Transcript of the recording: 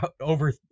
over